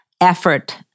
effort